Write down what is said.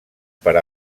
per